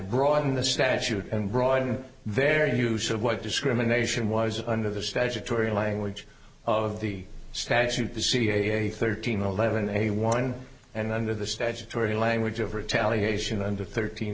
broaden the statute and broaden their use of what discrimination was under the statutory language of the statute to see a thirteen eleven a one and under the statutory language of retaliation under thirteen